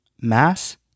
mass